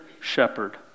shepherd